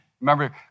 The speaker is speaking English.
remember